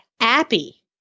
appy